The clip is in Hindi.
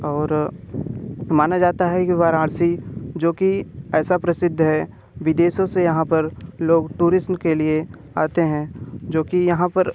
और माना जाता है कि वाराणसी जो कि ऐसा प्रसिद्ध है विदेशों से यहाँ पर लोग टूरिज़्म के लिए आते हैं जो कि यहाँ पर